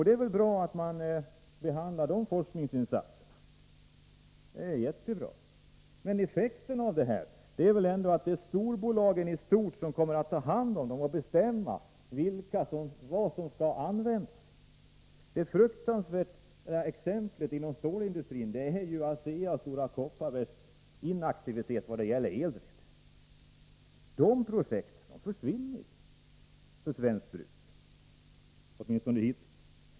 Det är jättebra att sådana forskningsinsatser görs, men det blir väl i stort sett storbolagen som kommer att få fördel av effekterna härav och som kommer att bestämma vad de skall användas till. Ett fruktansvärt exempel på detta är ASEA:s och Stora Kopparbergs inaktivitet i vad gäller Elred-projekten. Dessa har åtminstone hittills gått förlorade för svenskt vidkommande.